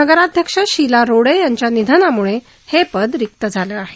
नगराध्यक्ष शीला रोडे यांच्या निधनामुळे हे पद रिक्त झालं आहे